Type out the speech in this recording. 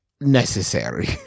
necessary